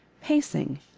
Pacing